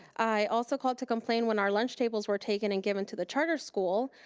i also called to complain when our lunch tables were taken and given to the charter school.